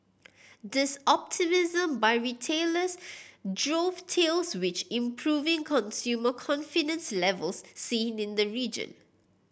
this optimism by retailers dovetails which improving consumer confidence levels seen in the region